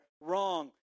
wrong